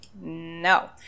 no